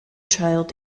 child